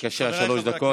חברי הכנסת,